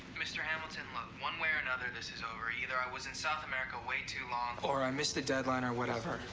mr. hamilton, look. one way or another, this is over. either i was in south america way too long, or i missed the deadline or whatever,